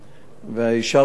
יישר כוח.